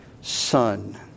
son